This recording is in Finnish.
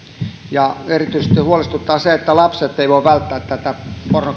ja erityisesti huolestuttaa se että lapset eivät voi välttää